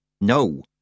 No